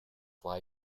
why